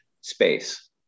space